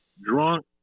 drunk